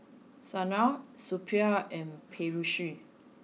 Saina Suppiah and Peyush